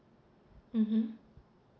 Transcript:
mmhmm